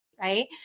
right